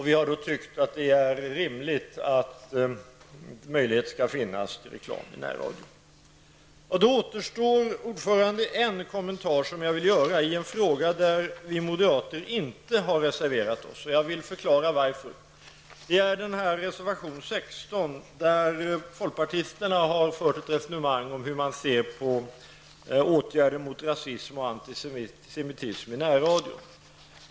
Vi har tyckt att det är rimligt att det skall finnas möjlighet till reklam i närradio. Fru talman! Det återstår en kommentar till en fråga där vi moderater inte har reserverat oss. Jag vill förklara varför. Det gäller reservation nr 16 där folkpartisterna har fört ett resonemang om åtgärder mot rasism och antisemitism i närradion.